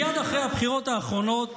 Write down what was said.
מייד אחרי הבחירות האחרונות